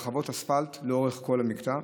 הרחבות אספלט לאורך כל המקטע,